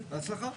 בהצלחה.